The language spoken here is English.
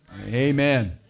Amen